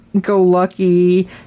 go-lucky